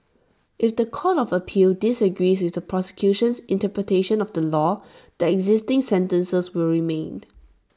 if The Court of appeal disagrees with the prosecution's interpretation of the law the existing sentences will remain